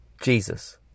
Jesus